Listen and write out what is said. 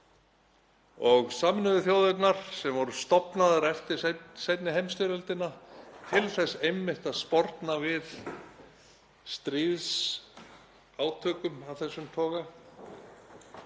Sameinuðu þjóðirnar, sem voru stofnaðar eftir seinni heimsstyrjöldina til þess einmitt að sporna við stríðsátökum af þessum toga,